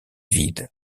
vide